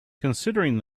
considering